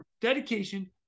dedication